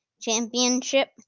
championship